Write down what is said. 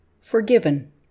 Forgiven